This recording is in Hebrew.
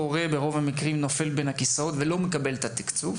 ברוב המקרים אותו הורה נופל בין הכיסאות ולא מקבל את התקצוב,